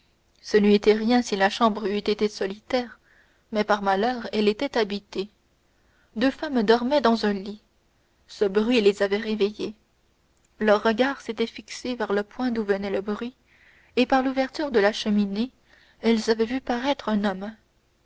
ce n'eût été rien si la chambre eût été solitaire mais par malheur elle était habitée deux femmes dormaient dans un lit ce bruit les avait réveillées leurs regards s'étaient fixés vers le point d'où venait le bruit et par l'ouverture de la cheminée elles avaient vu paraître un homme